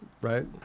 right